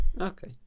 Okay